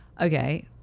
Okay